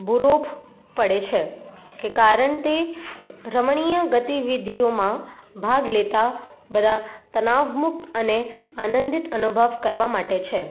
પૂરો પાડે છે કે કારણ તે રમણીય ગતિવિધિઓમાં ભાગ લેતા બધા તણાવમુક્ત અને આનંદિત અનુભવ કરવા માટે છે